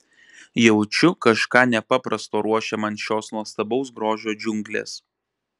jaučiu kažką nepaprasto ruošia man šios nuostabaus grožio džiunglės